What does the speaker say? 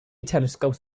telescopes